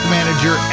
Manager